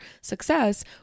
success